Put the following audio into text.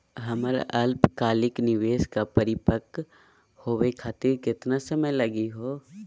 हमर अल्पकालिक निवेस क परिपक्व होवे खातिर केतना समय लगही हो?